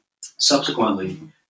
Subsequently